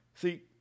See